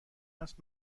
است